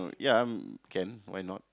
ya can why not